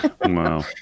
Wow